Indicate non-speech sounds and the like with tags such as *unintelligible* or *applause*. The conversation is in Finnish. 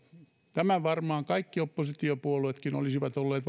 tämän otsikon varmaan kaikki oppositiopuolueetkin olisivat olleet *unintelligible*